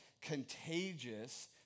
contagious